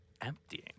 emptying